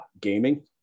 gaming